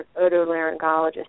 otolaryngologist